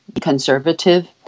conservative